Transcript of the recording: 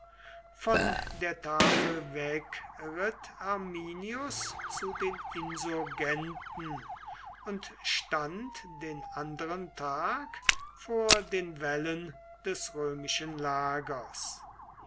von der tafel weg ritt arminius zu den insurgenten und stand den anderen tag vor den wällen des römischen lagers